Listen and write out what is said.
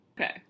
okay